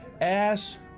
ass